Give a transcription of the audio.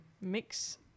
Mix